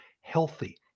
healthy